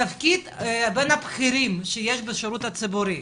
תפקיד בין הבכירים שיש בשירות הציבורי.